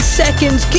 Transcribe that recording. seconds